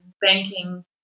banking